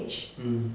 mm